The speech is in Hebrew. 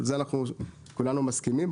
על זה אנחנו כולנו מסכימים,